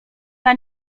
dla